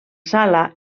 sala